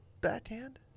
backhand